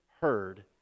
heard